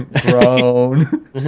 Grown